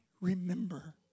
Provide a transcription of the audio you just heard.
remember